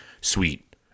sweet